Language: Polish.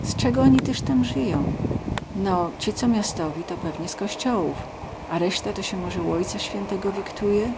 z cego oni tyz tam zyją no ci co miastowi to pewnie z kościołów a reśta to sie moze u ojca świętego wiktuje